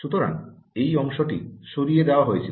সুতরাং এই অংশটি সরিয়ে দেওয়া হয়েছিল